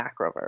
macroverse